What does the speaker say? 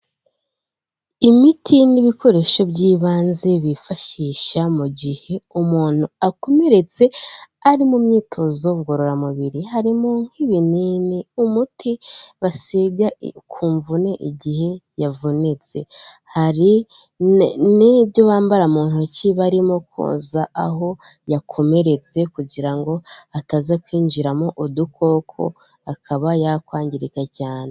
Imiti n'ibikoresho by'ibanze bifashisha mu gihe umuntu akomeretse ari mu myitozo ngororamubiri, harimo nk'ibinini, umuti basiga kumvune igihe yavunitse, hari n'ibyo bambara mu ntoki barimo koza aho yakomeretse, kugira ngo hataza kwinjiramo udukoko akaba yakwangirika cyane.